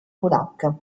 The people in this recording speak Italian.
polacca